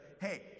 hey